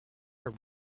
her